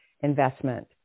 investment